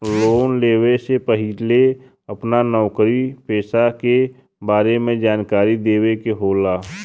Loan लेवे से पहिले अपना नौकरी पेसा के बारे मे जानकारी देवे के होला?